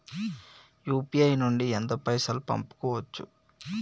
UPI నుండి ఎంత పైసల్ పంపుకోవచ్చు?